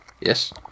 yes